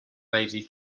lady